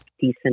decent